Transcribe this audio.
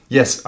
Yes